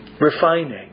refining